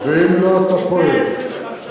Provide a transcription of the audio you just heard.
ואם לא, אתה, 25 בפברואר.